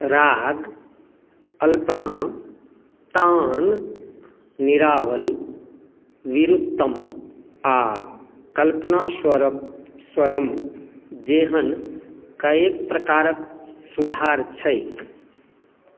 राग अल्पना तान निरावल विरुत्तम आओर कल्पनास्वर स्वरम जेहन कएक प्रकारके सुधार छै